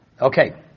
Okay